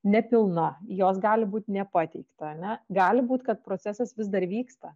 nepilna jos gali būt nepateikta ane gali būt kad procesas vis dar vyksta